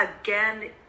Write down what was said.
again